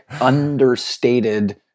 understated